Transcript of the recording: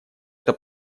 это